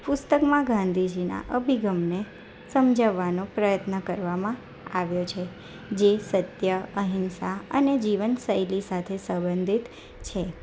પુસ્તકમાં ગાંધીજીના અભિગમને સમજાવવાનો પ્રયત્ન કરવામાં આવ્યો છે જે સત્ય અહિંસા અને જીવનશૈલી સાથે સંબંધિત છે